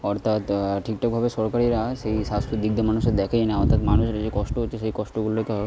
অর্থাৎ ঠিকঠাকভাবে সরকারিরা সেই স্বাস্থ্যর দিক দিয়ে মানুষের দেখেই না অর্থাৎ মানুষের যে কষ্ট হচ্ছে সেই কষ্টগুলোকে